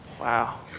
Wow